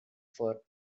for